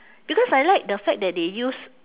because I like the fact that they use